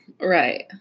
Right